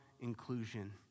inclusion